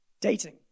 Dating